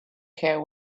care